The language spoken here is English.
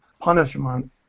punishment